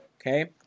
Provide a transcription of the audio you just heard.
okay